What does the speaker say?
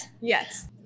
Yes